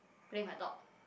playing with my dog